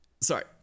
Sorry